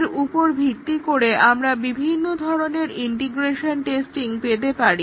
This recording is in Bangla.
এর উপর ভিত্তি করে আমরা বিভিন্ন ধরণের ইন্টাগ্রেশন টেস্টিং পেতে পারি